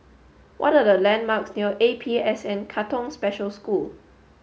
what are the landmarks near A P S N Katong Special School